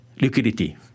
Liquidity